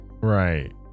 Right